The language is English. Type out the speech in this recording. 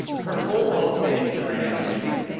her full post to instagram reads,